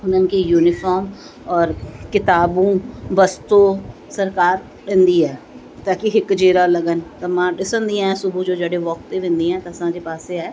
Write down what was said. हुननि खे यूनिफॉर्म और किताबू बसतो सरकारि ॾींदी आहे ताकी हिकु जहिड़ा लॻनि त मां ॾिसंदी आहे सुबुह जो जॾहिं वॉक ते वेंदी आहियां त असांजे पासे आहे